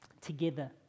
together